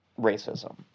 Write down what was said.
racism